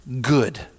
good